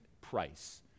price